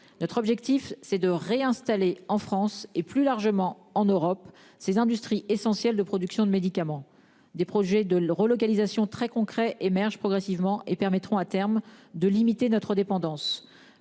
Notre objectif, c'est de réinstaller en France et plus largement en Europe ces industries essentielles de production de médicaments, des projets de relocalisation très concrets émerge progressivement et permettront à terme de limiter notre dépendance,